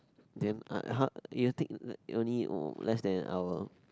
then ah !huh! it'll take it only less than an hour